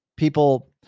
People